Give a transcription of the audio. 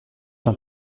d’un